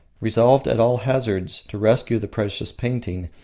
resolved at all hazards to rescue the precious painting,